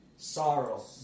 Sorrow